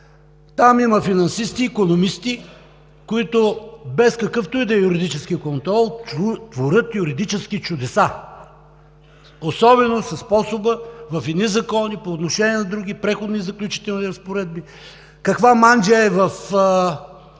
Там има финансисти, икономисти, които без какъвто и да е юридически контрол творят юридически чудеса, особено със способа – в едни закони, по отношение на други, преходни и заключителни разпоредби, а каква манджа е в